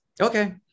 okay